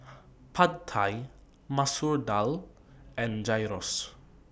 Pad Thai Masoor Dal and Gyros